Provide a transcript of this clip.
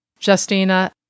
Justina